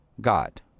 God